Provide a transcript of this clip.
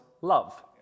love